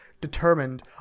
determined